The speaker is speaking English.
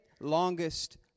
longest